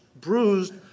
bruised